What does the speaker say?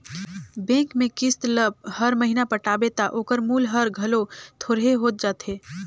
bank में किस्त ल हर महिना पटाबे ता ओकर मूल हर घलो थोरहें होत जाथे